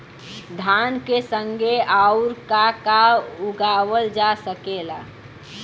धान के संगे आऊर का का उगावल जा सकेला?